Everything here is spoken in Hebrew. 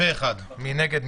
מי נגד?